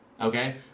Okay